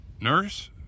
Nurse